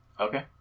Okay